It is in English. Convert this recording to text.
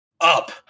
up